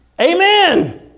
Amen